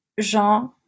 Jean